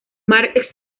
mark